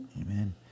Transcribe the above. Amen